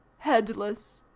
headless,